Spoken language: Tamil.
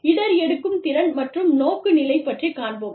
இடர் எடுக்கும் திறன் மற்றும் நோக்கு நிலை பற்றிக் காண்போம்